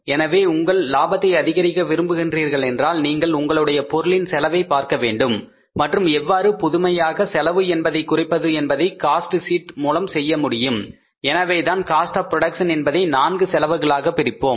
எனவே உங்கள் லாபத்தை அதிகரிக்க விரும்புகிறீர்கள் என்றால் நீங்கள் உங்களுடைய பொருளின் செலவை பார்க்க வேண்டும் மற்றும் எவ்வாறு புதுமையாக செலவு என்பதை குறைப்பது என்பதை காஸ்ட் ஷீட் மூலம் செய்ய முடியும் எனவேதான் காஸ்ட் ஆப் புரோடக்சன் என்பதை 4 செலவுகளாக பிரிப்போம்